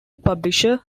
publisher